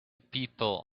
people